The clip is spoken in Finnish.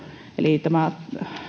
eli tämä